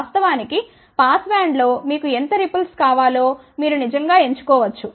వాస్తవానికి పాస్ బ్యాండ్లో మీకు ఎంత రిపుల్స్ కావాలో మీరు నిజంగా ఎంచుకోవచ్చు